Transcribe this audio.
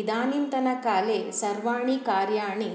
इदानीन्तन काले सर्वाणि कार्याणि